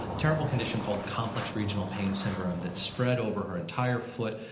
terrible condition called complex regional pain syndrome that spread over her entire foot,